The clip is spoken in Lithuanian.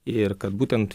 ir kad būtent